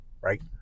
Right